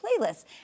playlists